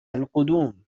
القدوم